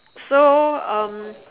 so um